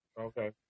Okay